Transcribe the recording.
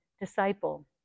disciple